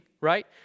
right